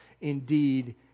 indeed